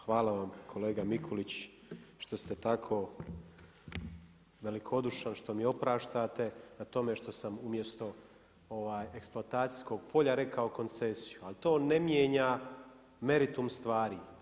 Hvala vam kolega Mikulić što te tako velikodušan, što mi opraštate na tome što sam umjesto eksploatacijskog polja rekao koncesiju, ali to ne mijenja meritum stvari.